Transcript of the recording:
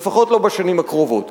לפחות לא בשנים הקרובות.